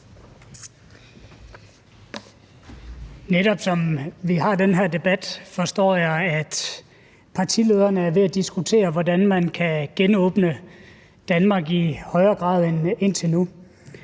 Netop som vi har den her debat, forstår jeg, at partilederne er ved at diskutere, hvordan man kan genåbne Danmark i højere grad end indtil nu.